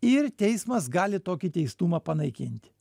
ir teismas gali tokį teistumą panaikinti